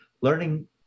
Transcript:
learning